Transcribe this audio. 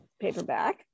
paperback